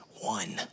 One